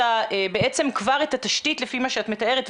בעצם כבר את התשתית לפי מה שאת מתארת,